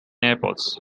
airports